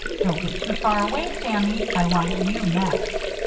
don't get too far away, sammy, i want you next.